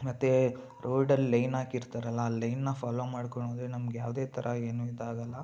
ಮತ್ತು ರೋಡಲ್ಲಿ ಲೈನ್ ಹಾಕಿರ್ತಾರಲ್ಲ ಆ ಲೈನ್ನ ಫಾಲೋ ಮಾಡ್ಕೊಂಡು ಹೋದ್ರೆ ನಮಗೆ ಯಾವುದೇ ಥರ ಏನು ಇದಾಗೋಲ್ಲ